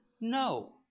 No